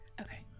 Okay